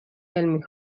علمی